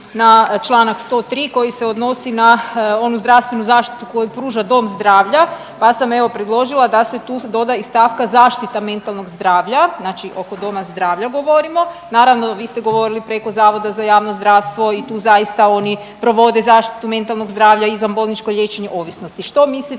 na čl. 103 koji se odnosi na onu zdravstvenu zaštitu koju pruža dom zdravlja, pa sam evo predložila da se tu doda i stavka zaštita mentalnog zdravlja. Znači oko doma zdravlja govorimo. Naravno vi ste govorili preko Zavoda za javno zdravstvo i tu zaista oni provode zaštitu mentalnog zdravlja, izvanbolničko liječenje ovisnosti. Što mislite